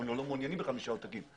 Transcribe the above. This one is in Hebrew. אנחנו גם לא מעוניינים בחמישה עותקים.